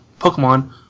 Pokemon